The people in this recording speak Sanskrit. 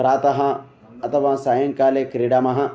प्रातः अथवा सायङ्काले क्रीडामः